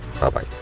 Bye-bye